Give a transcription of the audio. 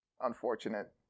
unfortunate